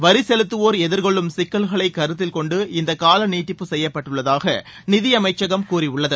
வரி செலுத்துவோர் எதிர்கொள்ளும் சிக்கல்களை கருத்தில் கொண்டு இந்த காலநீட்டிப்பு செய்யப்பட்டுள்ளதாக நிதியமைச்சகம் கூறியுள்ளது